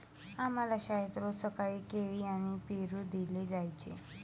आम्हाला शाळेत रोज सकाळी केळी आणि पेरू दिले जायचे